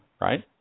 right